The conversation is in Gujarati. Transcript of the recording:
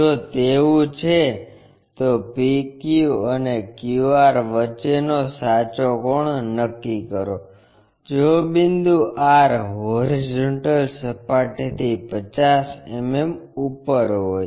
જો તેવું છે તો PQ અને QR વચ્ચેનો સાચો કોણ નક્કી કરો જો બિંદુ R હોરિઝોન્ટલ સપાટીથી 50 mm ઉપર હોય